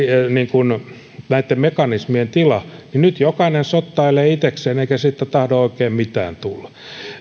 näitten mekanismien tila niin nyt jokainen sottailee itsekseen eikä siitä tahdo oikein mitään tulla